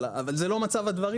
אבל זה בכלל לא מצב הדברים.